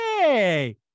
Hey